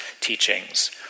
teachings